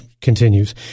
continues